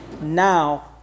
now